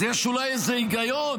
אז יש אולי איזה היגיון,